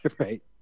right